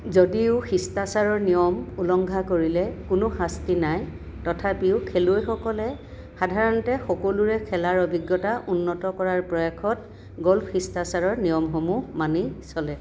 যদিও শিষ্টাচাৰৰ নিয়ম উলংঘা কৰিলে কোনো শাস্তি নাই তথাপিও খেলুৱৈসকলে সাধাৰণতে সকলোৰে খেলাৰ অভিজ্ঞতা উন্নত কৰাৰ প্ৰয়াসত গল্ফ শিষ্টাচাৰৰ নিয়মসমূহ মানি চলে